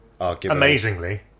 Amazingly